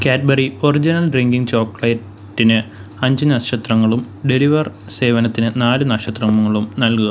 Cadbury original drinking ചോക്ലേറ്റി ന് അഞ്ച് നക്ഷത്രങ്ങളും ഡെലിവർ സേവനത്തിന് നാല് നക്ഷത്രങ്ങളും നൽകുക